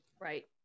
Right